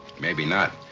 maybe not,